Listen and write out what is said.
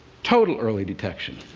total early detection.